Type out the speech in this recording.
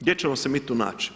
Gdje ćemo se mi tu naći?